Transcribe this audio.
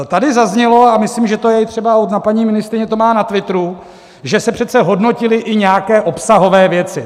Tady zaznělo a myslím, že třeba i paní ministryně to má na twitteru že se přece hodnotily i nějaké obsahové věci.